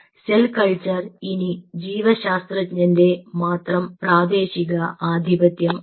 cell culture ഇനി ജീവ ശാസ്ത്രജ്ഞന്റെ മാത്രം പ്രാദേശിക ആധിപത്യം അല്ല